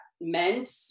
meant